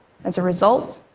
as a result,